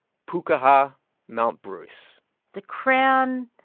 pukaha mount bruce the crown,